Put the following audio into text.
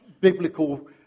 biblical